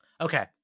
Okay